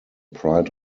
pride